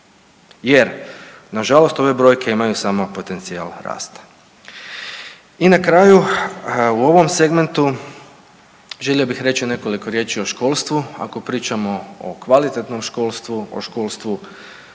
jer nažalost ove brojke imaju samo potencijal rasta. I na kraju u ovom segmentu želio bih reći nekoliko riječi o školstvu, ako pričamo o kvalitetnom školstvu, o školstvu